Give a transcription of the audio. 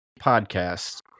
podcast